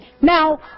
Now